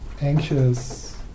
Anxious